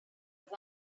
have